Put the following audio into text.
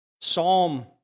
Psalm